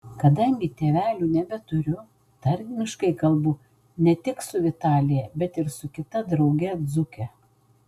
kadangi tėvelių nebeturiu tarmiškai kalbu ne tik su vitalija bet ir su kita drauge dzūke